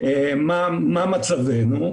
מה מצבנו,